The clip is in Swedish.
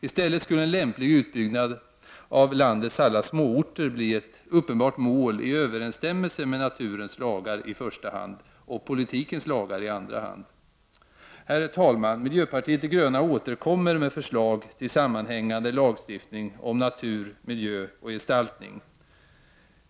I stället skulle en lämplig utbyggnad av landets alla småorter bli ett uppenbart mål i överensstämmelse med naturens lagar i första hand och politikens lagar i andra hand. Herr talman! Miljöpartiet de gröna återkommer med förslag till sammanhängande lagstiftning om natur, miljö och gestaltning.